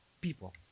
people